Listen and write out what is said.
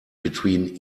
between